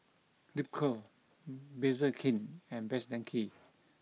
Ripcurl Bakerzin and Best Denki